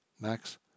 Max